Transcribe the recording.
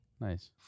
Nice